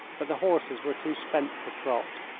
but the horses were too spent to trot.